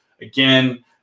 Again